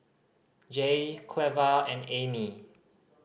Jaye Cleva and Ammie